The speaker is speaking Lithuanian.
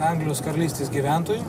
anglijos karalystės gyventojų